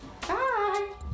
Bye